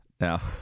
Now